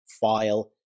file